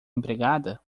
empregada